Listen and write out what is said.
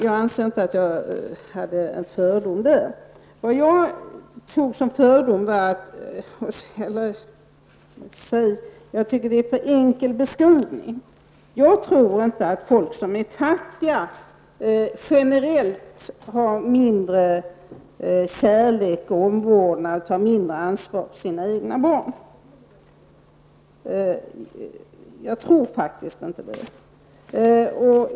Jag anser inte att jag där framförde någon fördom. Vad jag avsåg när jag talade om en fördom var att jag tror att Ulla Johanssons beskrivning är för enkel. Jag tror inte att folk som är fattiga generellt ger sina barn mindre kärlek eller omvårdnad eller tar mindre ansvar för dem. Jag tror faktiskt inte det.